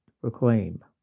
proclaim